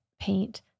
paint